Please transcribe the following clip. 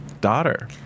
daughter